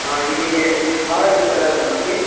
ఇదీ స్కాలర్షిప్ ఎలా సార్ మాకు